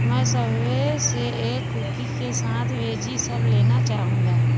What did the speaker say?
मैं Subway Subway से एक कुकी के साथ वेजी सब लेना चाहूँगा